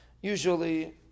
usually